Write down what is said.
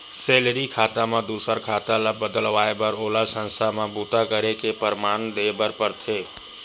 salary खाता म दूसर खाता ल बदलवाए बर ओला संस्था म बूता करे के परमान देबर परथे